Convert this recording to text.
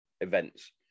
events